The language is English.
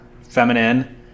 feminine